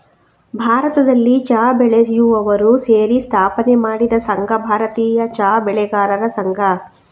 ಭಾರತದಲ್ಲಿ ಚಾ ಬೆಳೆಯುವವರು ಸೇರಿ ಸ್ಥಾಪನೆ ಮಾಡಿದ ಸಂಘ ಭಾರತೀಯ ಚಾ ಬೆಳೆಗಾರರ ಸಂಘ